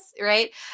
right